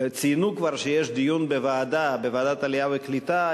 ציינו כבר שיש דיון בוועדת העלייה והקליטה.